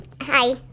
Hi